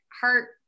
heart